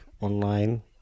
online